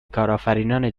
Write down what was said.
کارآفرینان